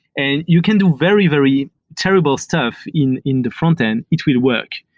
and you can do very, very terrible stuff in in the frontend. it will work.